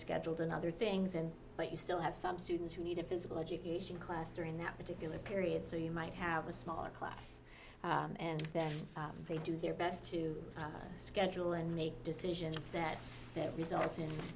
scheduled in other things and but you still have some students who need a physical education class during that particular period so you might have a smaller class and that they do their best to schedule and make decisions that they result in